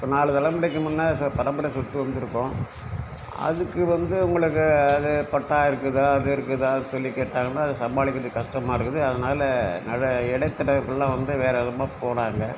இப்போ நாலு தலைமுறைக்கு முன்னே பரம்பரை சொத்து வந்திருக்கும் அதுக்கு வந்து உங்களுக்கு அது பட்டா இருக்குதா அது இருக்குதா சொல்லி கேட்டாங்கன்னா அது சமாளிக்கிறது கஷ்டமாயிருக்குது அதனால் அதை எடுத்து வந்து இப்பெல்லாம் வேறு விதமாக போனாங்க